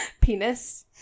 penis